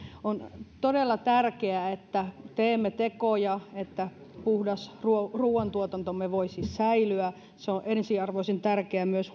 on todella tärkeää että teemme tekoja niin että puhdas ruoantuotantomme voisi säilyä se on ensiarvoisen tärkeää myös